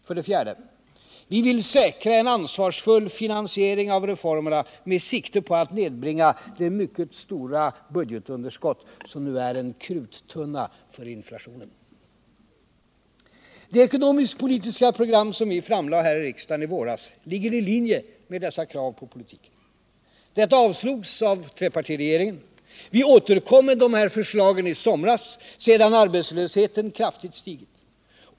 —- För det fjärde: Att säkra en ansvarsfull finansiering av reformerna med sikte på att nedbringa det mycket stora budgetunderskottet, som nu är en kruttunna för inflationen. Det ekonomisk-politiska program som vi framlade här i riksdagen i våras ligger i linje med dessa krav på politiken. Detta avslogs av trepartiregeringen. Vi återkom med dessa förslag i somras — sedan arbetslösheten kraftigt stigit.